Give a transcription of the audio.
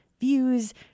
views